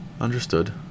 Understood